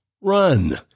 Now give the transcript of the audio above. Run